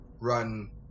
run